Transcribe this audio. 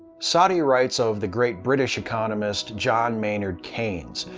saadia writes of the great british economist john maynard keynes,